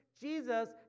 Jesus